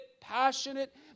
passionate